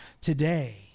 today